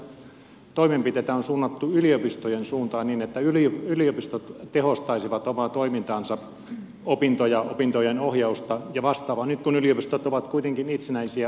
minkälaisia toimenpiteitä on suunnattu yliopistojen suuntaan niin että yliopistot tehostaisivat omaa toimintaansa opintoja opintojen ohjausta ja vastaavaa nyt kun yliopistot ovat kuitenkin itsenäisiä oikeushenkilöitä